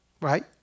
Right